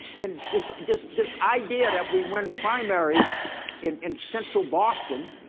in this just this idea that we win primaries in in central boston.